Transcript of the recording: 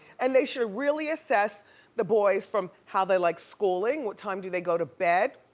and they should really assess the boys from how they like schooling, what time do they go to bed,